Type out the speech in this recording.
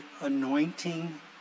anointing